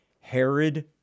Herod